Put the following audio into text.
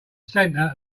center